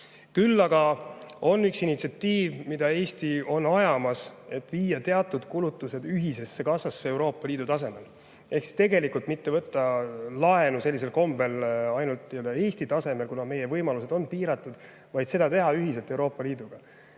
Küll aga on üks initsiatiiv, mida Eesti ajab. Nimelt võiks viia teatud kulutused ühisesse kassasse Euroopa Liidu tasemel ehk siis mitte võtta laenu sellisel kombel ainult Eesti tasemel, kuna meie võimalused on piiratud, vaid teha seda Euroopa Liiduga